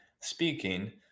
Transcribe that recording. speaking